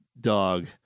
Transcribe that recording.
dog